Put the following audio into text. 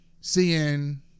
seeing